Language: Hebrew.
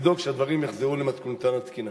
ולדאוג שהדברים יחזרו למתכונתם התקינה.